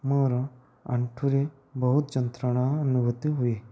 ମୋର ଆଣ୍ଠୁରେ ବହୁତ ଯନ୍ତ୍ରଣା ଅନୁଭୂତି ହୁଏ